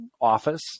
office